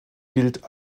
gilt